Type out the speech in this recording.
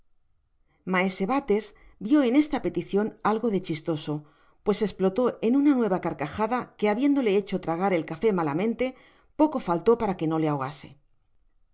maese bates vio en esta peticion algo de chistoso pues espiolo en una nueva carcajada que habiéndole hecho tragar el café malamente poco faltó para que no le ahogase